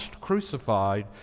crucified